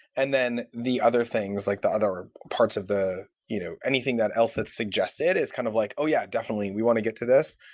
and then, the other things, like the other parts of the you know anything that elsa had suggested is, kind of like oh, yeah, definitely. we want to get to this.